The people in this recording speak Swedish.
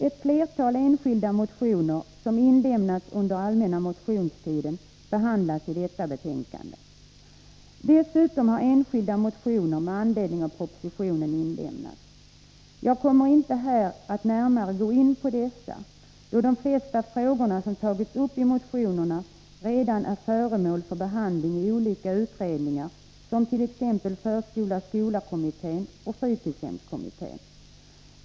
Ett flertal enskilda motioner, som inlämnades under allmänna motionstiden, behandlas i detta betänkande. Dessutom har enskilda motioner väckts med anledning av propositionen. Jag kommer inte här att närmare gå in på dessa, då de flesta frågorna som tagits upp i motionerna redan är föremål för behandling i olika utredningar, t.ex. förskola-skola-kommittén och fritidshemskommittén.